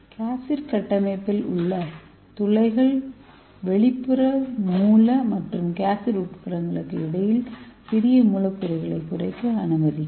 capsid கட்டமைப்பில் உள்ள துளைகள் வெளிப்புற மூல மற்றும் கேப்சிட் உட்புறங்களுக்கு இடையில் சிறிய மூலக்கூறுகளை குறைக்க அனுமதிக்கும்